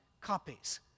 copies